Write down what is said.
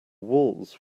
walls